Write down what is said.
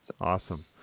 Awesome